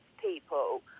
people